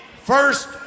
first